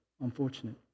unfortunate